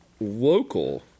local